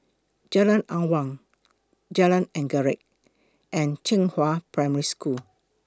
Jalan Awang Jalan Anggerek and Zhenghua Primary School